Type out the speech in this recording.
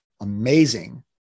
amazing